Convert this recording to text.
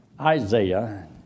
Isaiah